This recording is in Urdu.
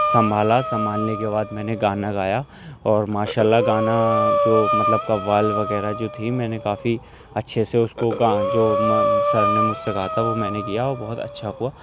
سنبھالا سنبھالنے کے بعد میں نے گانا گایا اور ماشاء اللہ گانا جو مطلب قوال وغیرہ جو تھی میں نے کافی اچھے سے اس کو گا جو سر نے مجھ سے کہا تھا وہ میں نے کیا وہ بہت اچھا ہوا